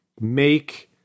make –